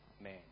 man